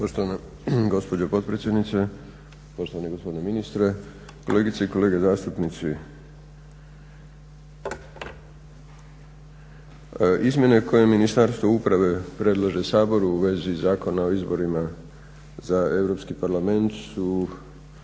Poštovana gospođo potpredsjednice, poštovani gospodine ministre, kolegice i kolege zastupnici. Izmjene koje Ministarstvo uprave predlaže Saboru u vezi Zakona o izborima za Europski parlament su